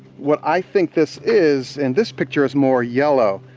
what i think this is, and this picture is more yellow,